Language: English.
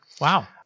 Wow